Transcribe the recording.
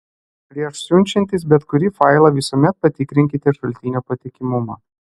prieš siunčiantis bet kurį failą visuomet patikrinkite šaltinio patikimumą